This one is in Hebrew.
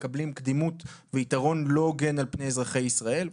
מקבלים קדימות ויתרון לא הוגן על פני אזרחי ישראל.